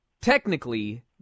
technically